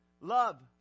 love